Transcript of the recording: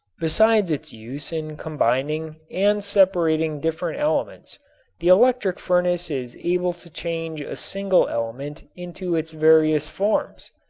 besides its use in combining and separating different elements the electric furnace is able to change a single element into its various forms.